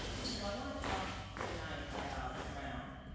so i want to talk tonight about brown,